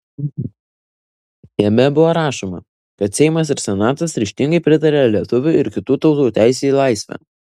jame buvo rašoma kad seimas ir senatas ryžtingai pritaria lietuvių ir kitų tautų teisei į laisvę